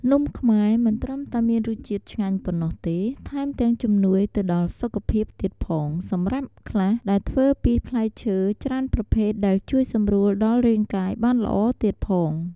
នំខ្មែរមិនត្រឹមតែមានរសជាតិឆ្ងាញ់ប៉ុណ្ណោះទេថែមទាំងជំនួយទៅដល់សុខភាពទៀតផងសម្រាប់ខ្លះដែលធ្វើពីផ្លែឈើច្រើនប្រភេទដែលជួយសម្រួលដល់រាងកាយបានល្អទៀតផង។